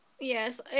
yes